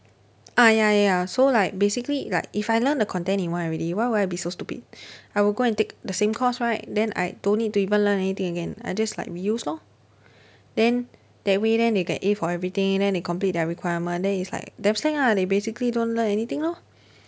ah ya ya ya so like basically like if I learn the content in one already why would I be so stupid I would go and take the same course right then I don't need to even learn anything again I just like reuse lor then that way then they get A for everything then they complete their requirement then it's like damn slack ah they basically don't learn anything lor